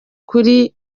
kuri